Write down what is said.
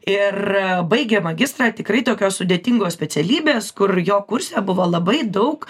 ir baigė magistrą tikrai tokios sudėtingos specialybės kur jo kurse buvo labai daug